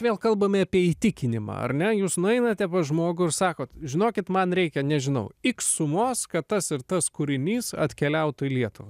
vėl kalbame apie įtikinimą ar ne jūs nueinate pas žmogų ir sakote žinokit man reikia nežinau iks sumos kad tas ir tas kūrinys atkeliautų į lietuvą